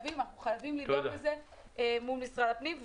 אנחנו חייבים לדאוג לזה מול משרד הפנים.